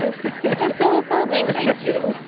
so affirming. thank you